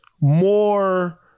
more